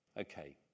okay